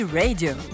radio